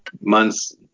months